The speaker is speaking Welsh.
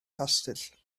castell